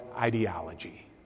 ideology